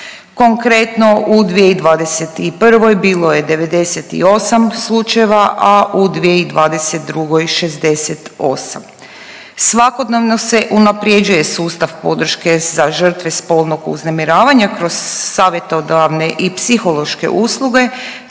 Konkretno u 2021. bilo je 98 slučajeva, a u 2022. 68. Svakodnevno se unaprjeđuje sustav podrške za žrtve spolnog uznemiravanja kroz savjetodavne i psihološke usluge